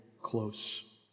close